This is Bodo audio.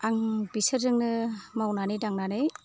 आं बिसोरजोंनो मावनानै दांनानै